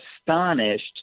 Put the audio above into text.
astonished